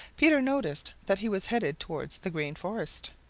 peter noticed that he was headed towards the green forest.